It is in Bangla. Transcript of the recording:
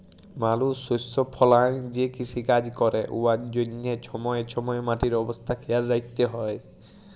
মালুস শস্য ফলাঁয় যে কিষিকাজ ক্যরে উয়ার জ্যনহে ছময়ে ছময়ে মাটির অবস্থা খেয়াল রাইখতে হ্যয়